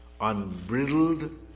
unbridled